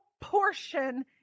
portion